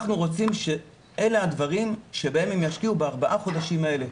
אנחנו רוצים שאלה הדברים שבהם הם ישקיעו בארבעת החודשים האלה.